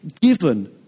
given